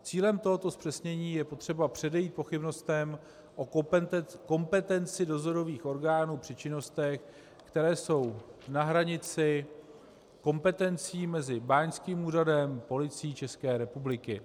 Cílem tohoto zpřesnění je potřeba předejít pochybnostem o kompetenci dozorových orgánů při činnostech, které jsou na hranici kompetencí mezi báňským úřadem a Policií České republiky.